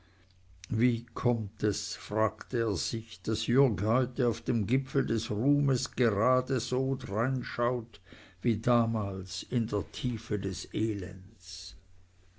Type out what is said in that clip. wie kommt es fragte er sich daß jürg heute auf dem gipfel des ruhmes geradeso dreinschaut wie damals in der tiefe des elends